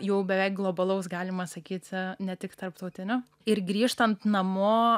jau beveik globalaus galima sakyt ne tik tarptautinio ir grįžtant namo